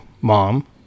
mom